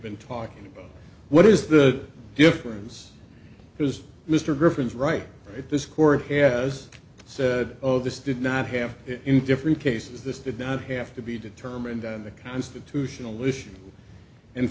been talking about what is the difference because mr griffin is right if this court has said oh this did not have in different cases this did not have to be determined on the constitutional issue and